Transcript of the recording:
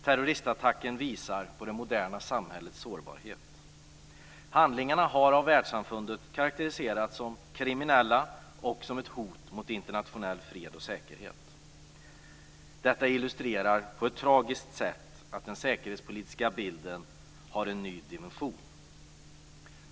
Terroristattackerna visar på det moderna samhällets sårbarhet. Handlingarna har av världssamfundet karakteriserats som kriminella och som ett hot mot internationell fred och säkerhet. Detta illustrerar på ett tragiskt sätt att den säkerhetspolitiska bilden har en ny dimension.